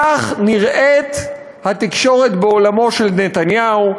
כך נראית התקשורת בעולמו של נתניהו.